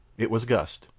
it was gust.